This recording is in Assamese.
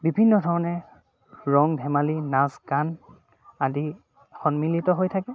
বিভিন্ন ধৰণে ৰং ধেমালি নাচ গান আদি সন্মিলিত হৈ থাকে